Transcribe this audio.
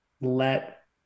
let